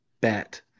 bet